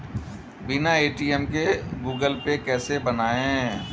बिना ए.टी.एम के Google Pay कैसे बनायें?